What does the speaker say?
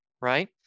right